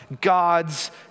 God's